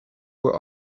were